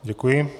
Děkuji.